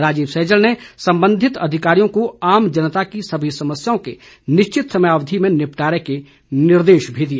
राजीव सैजल ने संबंधित अधिकारियों को आम जनता की सभी समस्याओं के निश्चित समय अवधि में निपटारे के निर्देश भी दिए